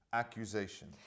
accusation